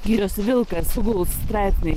girios vilkas suguls straipsniai